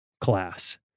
class